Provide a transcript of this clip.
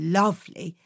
lovely